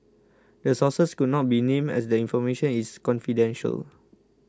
the sources could not be named as the information is confidential